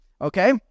okay